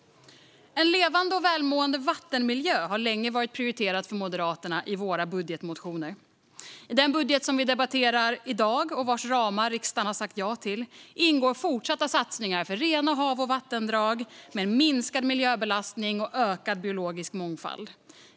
En levande och välmående vattenmiljö är något som länge har prioriterats av Moderaterna i våra budgetmotioner. I den budget vi debatterar i dag och vars ramar riksdagen har sagt ja till ingår fortsatta satsningar för rena hav och vattendrag, med en minskad miljöbelastning och ökad biologisk mångfald.